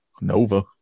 Nova